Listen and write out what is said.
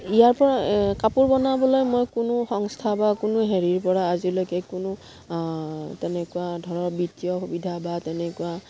ইয়াৰ পৰা কাপোৰ বনাবলৈ মই কোনো সংস্থা বা কোনো হেৰিৰ পৰা আজিলৈকে কোনো তেনেকুৱা ধৰক বিত্তীয় সুবিধা বা তেনেকুৱা